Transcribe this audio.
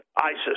ISIS